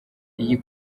iyi